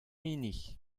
hini